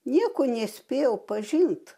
nieko nespėjau pažint